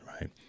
right